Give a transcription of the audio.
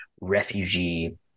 refugee